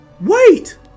Wait